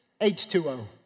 H2O